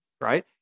right